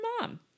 mom